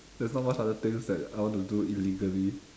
there's not much other things that I want to do illegally